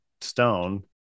stone